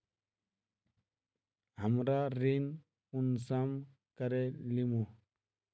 हमरा ऋण कुंसम करे लेमु?